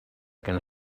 can